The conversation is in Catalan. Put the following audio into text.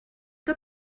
que